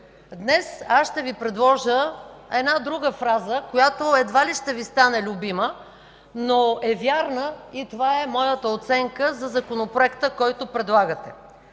Днес аз ще Ви предложа една друга фраза, която едва ли ще Ви стане любима, но е вярна и това е моята оценка за Законопроекта, който предлагате.